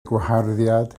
gwaharddiad